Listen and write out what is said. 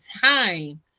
time